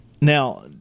Now